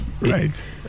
Right